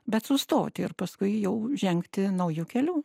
bet sustoti ir paskui jau žengti nauju keliu